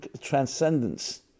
transcendence